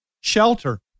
shelter